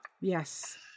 Yes